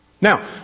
Now